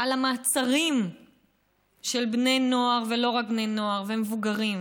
על המעצרים של בני נוער, ולא רק בני נוער, מבוגרים